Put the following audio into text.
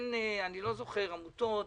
אני לא זוכר עמותות,